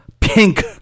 pink